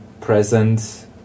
present